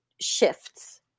shifts